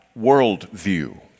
worldview